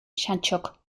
santxok